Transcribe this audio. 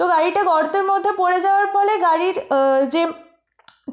তো গাড়িটা গর্তের মধ্যে পড়ে যাওয়ার ফলে গাড়ির যে